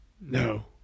No